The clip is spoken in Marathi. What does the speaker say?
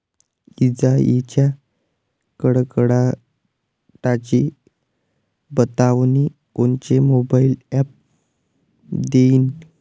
इजाइच्या कडकडाटाची बतावनी कोनचे मोबाईल ॲप देईन?